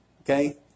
Okay